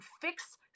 fix